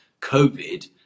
covid